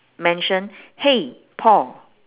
mention !hey! paul